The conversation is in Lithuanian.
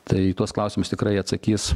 tai į tuos klausimus tikrai atsakys